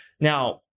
now